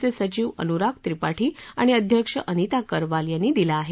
चे सचिव अनुराग त्रिपाठी आणि अध्यक्ष अनीता करवाल यांनी दिला आहे